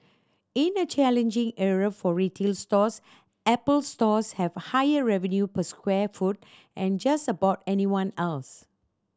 in a challenging era for retail stores Apple stores have higher revenue per square foot than just about anyone else